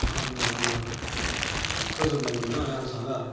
मा होनना बुङो गोजोन्नाय मोनगोन होन्नानै आं सानो आरो